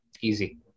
easy